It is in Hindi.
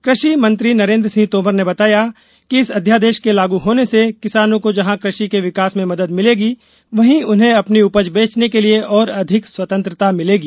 कृषि मंत्री नरेन्द्र सिंह तोमर ने बताया कि इस अध्यादेश के लागू होने से किसानों को जहां कृषि के विकास में मदद मिलेगी वहीं उन्हें अपनी उपज बेचने के लिए और अधिक स्वतंत्रता मिलेगी